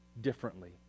differently